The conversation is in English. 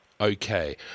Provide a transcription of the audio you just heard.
okay